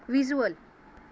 visual